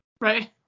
Right